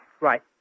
Right